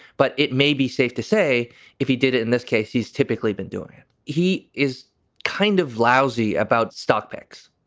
but it may be safe to say if he did it in this case, he's typically been doing it. he is kind of lousy about stock picks.